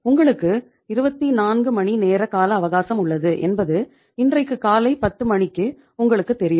உங்களுக்கு 24 மணி நேர கால அவகாசம் உள்ளது என்பது இன்றைக்கு காலை 10 மணிக்கு உங்களுக்கு தெரியும்